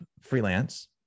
freelance